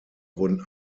wurden